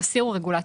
תסירו רגולציה.